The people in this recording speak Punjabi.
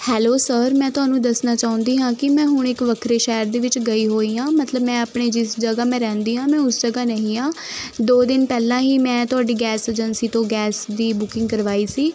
ਹੈਲੋ ਸਰ ਮੈਂ ਤੁਹਾਨੂੰ ਦੱਸਣਾ ਚਾਹੁੰਦੀ ਹਾਂ ਕਿ ਮੈਂ ਹੁਣ ਇੱਕ ਵੱਖਰੇ ਸ਼ਹਿਰ ਦੇ ਵਿੱਚ ਗਈ ਹੋਈ ਹਾਂ ਮਤਲਬ ਮੈਂ ਆਪਣੇ ਜਿਸ ਜਗ੍ਹਾ ਮੈਂ ਰਹਿੰਦੀ ਹਾਂ ਮੈਂ ਉਸ ਜਗ੍ਹਾ ਨਹੀਂ ਹਾਂ ਦੋ ਦਿਨ ਪਹਿਲਾਂ ਹੀ ਮੈਂ ਤੁਹਾਡੀ ਗੈਸ ਏਜੰਸੀ ਤੋਂ ਗੈਸ ਦੀ ਬੁਕਿੰਗ ਕਰਵਾਈ ਸੀ